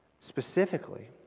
Specifically